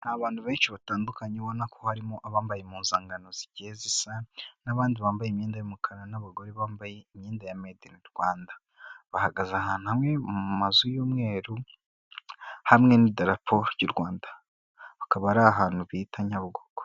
Abantu benshi batandukanye ubona ko harimo abambaye impuzangano zigiye zisa n'abandi bambaye imyenda y'umukara n'abagore bambaye imyenda ya medini Rwanda. Bahagaze ahantu hamwe mu mazu y'umweru hamwe n'idarapo ry'u Rwanda akaba ari ahantu bita Nyabugogo.